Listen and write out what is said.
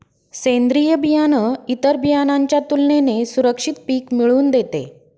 सेंद्रीय बियाणं इतर बियाणांच्या तुलनेने सुरक्षित पिक मिळवून देते